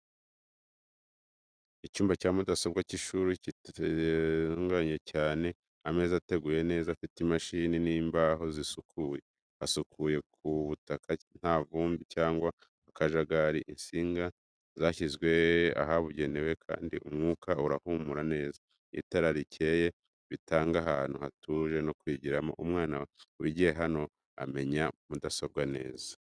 Icyumba cya mudasobwa cy'ishuri kiratunganye cyane. Ameza ateguye neza afite imashini n'imbaho zisukuye. Hasukuye ku butaka, nta ivumbi cyangwa akajagari. Insinga zashyizwe ahabugenewe, kandi umwuka urahumura neza. Itara rikeye bitanga ahantu hatuje ho kwigiramo. Umwana wigiye hano amenya mudasobwa neza.